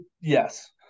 yes